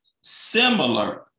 similar